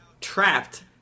trapped